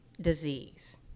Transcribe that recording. disease